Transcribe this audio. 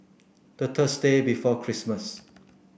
the Thursday before Christmas